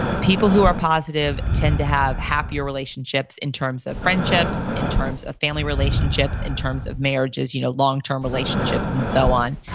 people who are positive tend to have happier relationships, in terms of friendships, in terms of family relationships, in terms of marriages, you know long term relationships and so on.